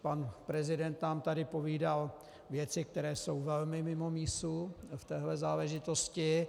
Pan prezident nám tady povídal věci, které jsou velmi mimo mísu v téhle záležitosti.